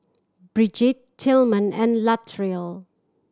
Brigitte Tilman and Latrell